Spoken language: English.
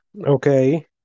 Okay